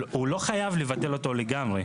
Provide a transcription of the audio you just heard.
הוא לא חייב לבטל אותו לגמרי,